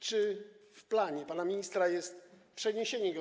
Czy w planie pana ministra jest przeniesienie tego?